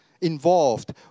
involved